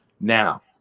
Now